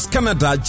Canada